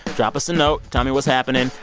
drop us a note. tell me what's happening.